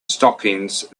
stockings